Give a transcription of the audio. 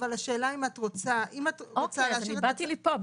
השאלה אם את רוצה --- באתי לפה,